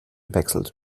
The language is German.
wechselt